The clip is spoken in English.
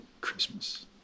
Christmas